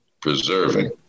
preserving